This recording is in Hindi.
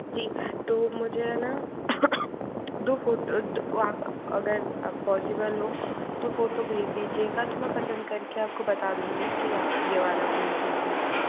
जी तो मुझे ना दो फ़ोटो आप अगर अब पॉसिबल हो तो फ़ोटो भेज दीजिएगा तो मैं पसंद कर के आप को बता दूँगी कि आप ये वाला भेज दीजिए